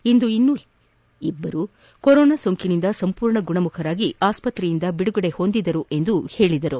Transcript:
ಇಂದು ಇನ್ನೂ ಇಬ್ಬರು ಕೊರೊನಾ ಸೋಂಕಿನಿಂದ ಸಂಪೂರ್ಣ ಗುಣಮುಖರಾಗಿ ಆಸ್ತತ್ರೆಯಿಂದ ಬಿಡುಗಡೆ ಹೊಂದಿದರು ಎಂದು ಹೇಳದರು